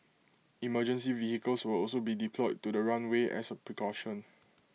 emergency vehicles will also be deployed to the runway as A precaution